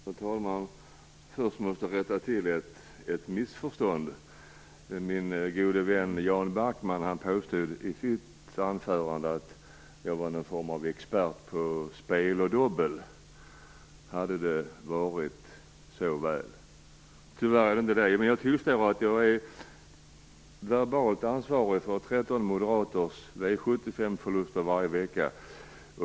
Herr talman! Först måste jag rätta till ett missförstånd. Min gode vän Jan Backman påstod i sitt anförande här att jag är en form av expert på spel och dobbel. Om det bara hade varit så väl! Tyvärr är det inte så, men jag tillstår att jag verbalt är ansvarig för 13 moderaters V 75-förluster varje vecka.